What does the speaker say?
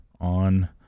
on